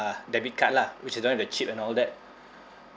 debit card lah which the one with the chip and all that